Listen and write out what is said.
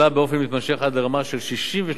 עלה באופן מתמשך עד לרמה של 63.5%